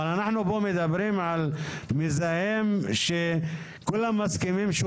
אבל אנחנו פה מדברים על מזהם שכולם מסכימים שהוא